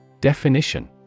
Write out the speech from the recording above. Definition